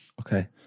okay